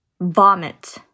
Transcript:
vomit